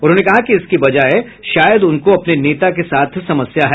उन्होंने कहा कि इसके बजाय शायद उनको अपने नेता के साथ समस्या है